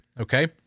okay